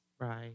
Right